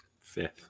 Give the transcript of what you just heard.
Fifth